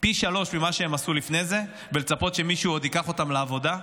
פי שלושה ממה שהם עשו לפני זה ולצפות שמישהו עוד ייקח אותם לעבודה.